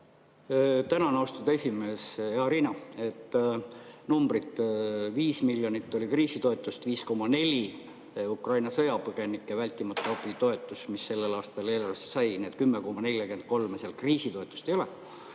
Tänan, austatud esimees! Hea Riina! Numbrid: 5 miljonit oli kriisitoetust, 5,4 Ukraina sõjapõgenike vältimatu abi, toetus, mis sellel aastal eelarvesse sai, nii et 10,43 seal kriisitoetust ei ole.